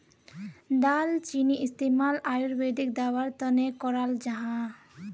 दालचीनीर इस्तेमाल आयुर्वेदिक दवार तने कराल जाहा